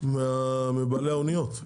מבעלי הסירות,